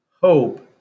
Hope